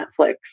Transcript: Netflix